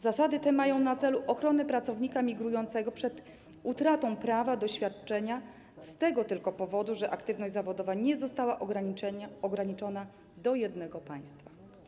Zasady te mają na celu ochronę pracownika migrującego przed utratą prawa do świadczenia tylko z tego powodu, że aktywność zawodowa nie została ograniczona do jednego państwa.